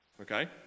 Okay